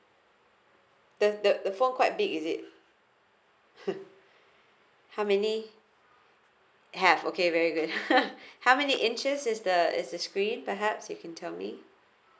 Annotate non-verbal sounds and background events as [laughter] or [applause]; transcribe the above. the the the phone quite big is it [laughs] how many have okay very good [laughs] how many inches is the is the screen perhaps you can tell me